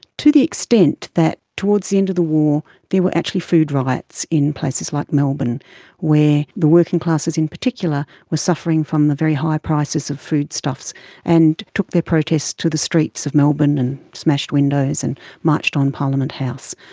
to the extent that towards the end of the war there were actually food riots in places like melbourne where the working classes in particular were suffering from the very high prices of foodstuffs and took their protests to the streets of melbourne and smashed windows and marched on parliament house.